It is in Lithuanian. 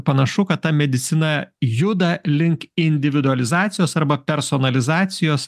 panašu kad ta medicina juda link individualizacijos arba personalizacijos